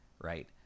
right